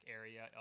area